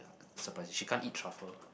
surprise she can't eat truffle